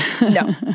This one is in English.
No